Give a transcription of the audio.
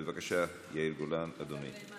בבקשה, יאיר גולן, אדוני.